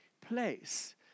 place